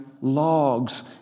logs